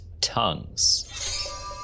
tongues